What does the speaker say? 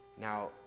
Now